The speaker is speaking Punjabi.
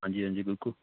ਹਾਂਜੀ ਹਾਂਜੀ ਬਿਲਕੁਲ